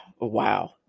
wow